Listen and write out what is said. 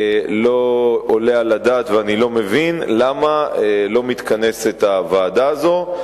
לא עולה על הדעת ואני לא מבין למה לא מתכנסת הוועדה הזאת.